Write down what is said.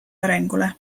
arengule